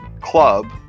club